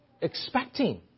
expecting